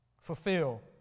fulfill